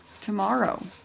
tomorrow